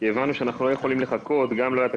כלומר יושבים על שטח